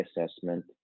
assessment